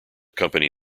company